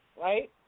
right